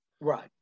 right